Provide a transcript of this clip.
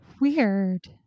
Weird